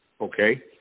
Okay